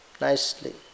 nicely